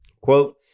Quote